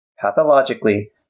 Pathologically